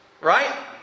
right